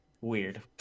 weird